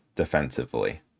Defensively